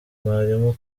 mwalimu